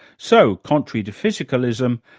so, contrary to physicalism,